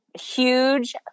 huge